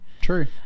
true